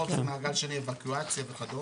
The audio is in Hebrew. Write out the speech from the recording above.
הרוב מעגל שני ..וכדומה,